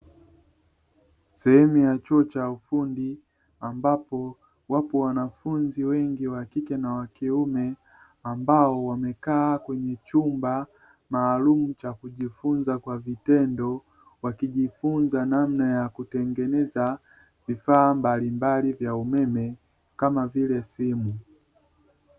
Sehemu ya chuo cha ufundi ambapo wapo wanafunzi wengi wa kike na wa kiume, ambao wamekaa kwenye chumba maalumu cha kujifunza kwa vitendo wakijifunza namna ya kutengeneza vifaa mbalimbali vya umeme kama vile simu.